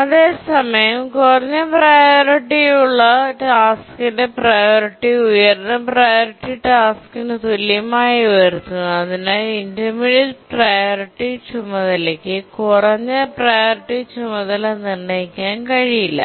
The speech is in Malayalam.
അതേസമയം കുറഞ്ഞ പ്രിയോറിറ്റി യുള്ള ടാസ്ക്കിന്റെ പ്രിയോറിറ്റി ഉയർന്ന പ്രിയോറിറ്റി ടാസ്ക്കിന് തുല്യമായി ഉയർത്തുന്നു അതിനാൽ ഇന്റർമീഡിയറ്റ് പ്രിയോറിറ്റി ചുമതലയ്ക്ക് കുറഞ്ഞ പ്രിയോറിറ്റി ചുമതല നിർണ്ണയിക്കാൻ കഴിയില്ല